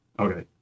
Okay